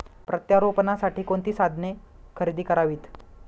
प्रत्यारोपणासाठी कोणती साधने खरेदी करावीत?